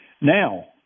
Now